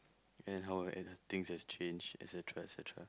and how and things have change et-cetera et-cetera